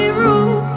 room